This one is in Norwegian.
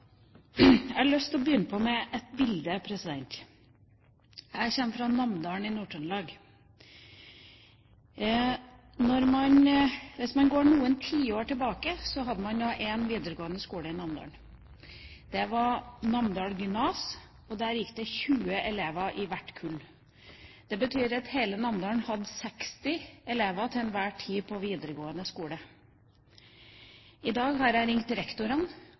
Jeg har lyst til å begynne med et bilde. Jeg kommer fra Namdalen i Nord-Trøndelag. Hvis man går noen tiår tilbake, hadde man én videregående skole i Namdalen. Det var Namdal gymnas, og der gikk det 20 elever i hvert kull. Det betyr at hele Namdalen hadde 60 elever til enhver tid på videregående skole. Jeg har ringt rektorene og oppsummert: I dag